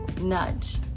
nudge